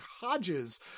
Hodges